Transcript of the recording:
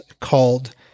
called